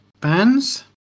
Bands